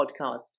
podcast